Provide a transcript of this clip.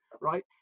right